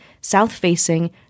south-facing